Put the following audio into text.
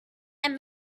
and